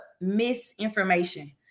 misinformation